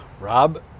Rob